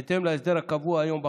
בהתאם להסדר הקבוע היום בחוק,